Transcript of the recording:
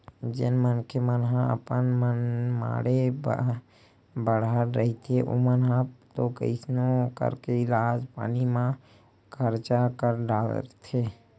जेन मनखे मन ह मनमाड़े बड़हर रहिथे ओमन ह तो कइसनो करके इलाज पानी म खरचा कर डारथे